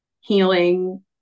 healing